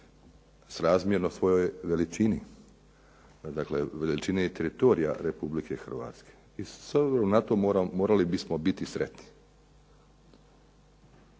srazmjerno svojoj veličini. Dakle, veličini teritorija RH. I s obzirom na to morali bismo biti sretni.